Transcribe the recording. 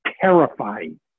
terrifying